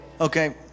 okay